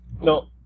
No